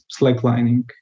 slacklining